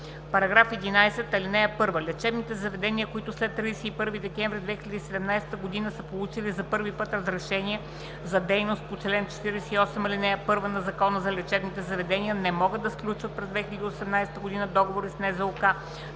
параграф 11: „§ 11. (1) Лечебните заведения, които след 31 декември 2017 г. са получили за първи път разрешение за дейност по чл. 48, ал. 1 от Закона за лечебните заведения, не могат да сключват през 2018 г. договори с НЗОК за